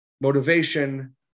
motivation